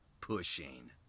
pushing